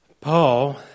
Paul